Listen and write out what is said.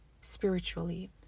spiritually